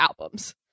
albums